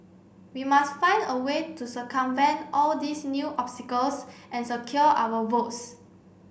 we must find a way to circumvent all these new obstacles and secure our votes